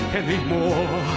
anymore